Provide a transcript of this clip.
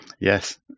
yes